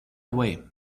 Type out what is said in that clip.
away